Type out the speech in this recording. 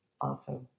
Awesome